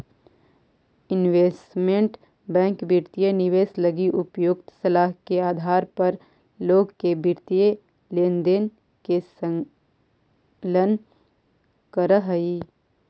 investment bank वित्तीय निवेश लगी उपयुक्त सलाह के आधार पर लोग के वित्तीय लेनदेन में संलग्न करऽ हइ